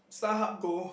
Starhub Go